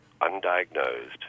undiagnosed